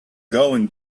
going